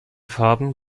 farben